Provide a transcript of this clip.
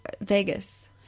Vegas